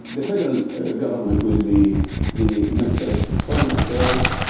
the federal government will be the minister of foreign affairs,